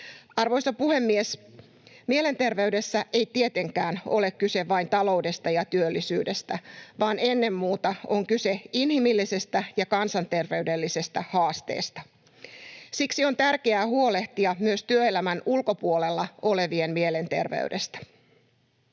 Arvoisa puhemies! Mielenterveydessä ei tietenkään ole kyse vain taloudesta ja työllisyydestä, vaan ennen muuta on kyse inhimillisestä ja kansanterveydellisestä haasteesta. Siksi on tärkeää huolehtia myös työelämän ulkopuolella olevien mielenterveydestä.